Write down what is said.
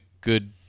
good